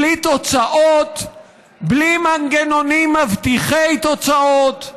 בלי תוצאות, בלי מנגנונים מבטיחי תוצאות.